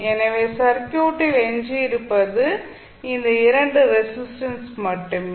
எனவே சர்க்யூட்டில் எஞ்சியிருப்பது இந்த 2 ரெசிஸ்டன்ஸ் மட்டுமே